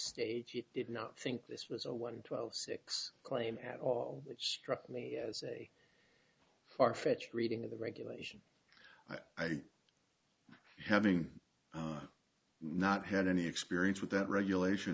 stage it did not think this was a one two zero six claim at all which struck me as a far fetched reading of the regulation i think having not had any experience with that regulation